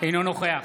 אינו נוכח